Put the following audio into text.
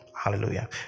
hallelujah